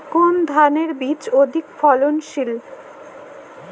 কোন ধানের বীজ অধিক ফলনশীল?